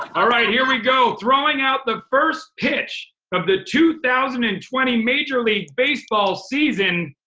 um right. here we go. throwing out the first pitch of the two thousand and twenty major league baseball season,